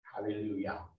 Hallelujah